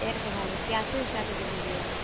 एक भरी क्या फिर क्या चीज़ लीजिएगा